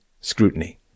scrutiny